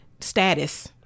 status